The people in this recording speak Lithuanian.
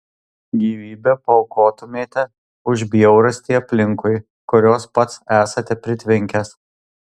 gyvybę paaukotumėte už bjaurastį aplinkui kurios pats esate pritvinkęs